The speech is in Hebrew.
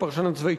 הפרשן הצבאי